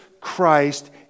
Christ